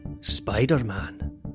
Spider-Man